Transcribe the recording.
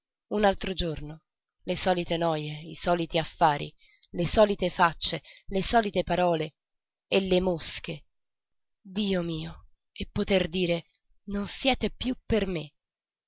un altro giorno le solite noje i soliti affari le solite facce le solite parole e le mosche dio mio e poter dire non siete piú per me